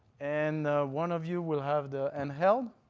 and one of you will have the handheld.